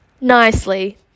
nicely